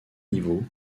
niveau